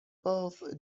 both